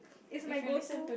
it's my go to